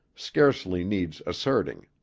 scarcely needs asserting.